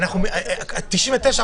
חמש דקות